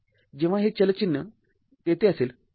जेव्हा हे चल चिन्ह तेथे असेल